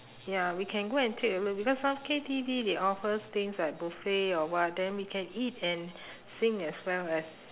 ya we can go and take a look because some K_T_V they offers things like buffet or what then we can eat and sing as well as